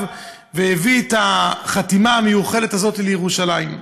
והביא את החתימה המיוחלת הזאת לירושלים.